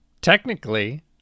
Technically